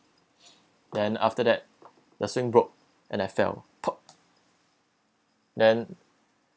then after that the swing broke and I fell then